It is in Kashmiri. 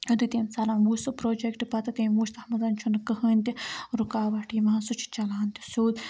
یُتھُے تٔمۍ سَرَن وُچھ سُہ پروجَکٹ پَتہٕ تٔمۍ وچھ تَتھ منٛز چھُنہٕ کٕہٕنۍ تہِ رُکاوَٹ یِوان سُہ چھُ چَلان تہِ سیوٚد